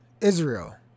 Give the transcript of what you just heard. Israel